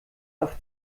auf